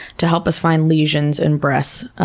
to help us find lesions in breasts,